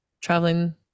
traveling